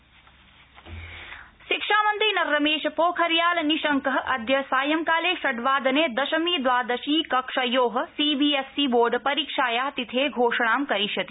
Nishank CBSE शिक्षामन्त्री रमेशपोखरियाल निशंक अद्य सायंकाले षड् वादने दशमी द्वादशीकक्षयो सीबीएसई बोर्ड परीक्षाया तिथे घोषणां करिष्यति